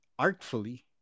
Artfully